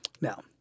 Now